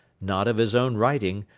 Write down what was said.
not of his own writing,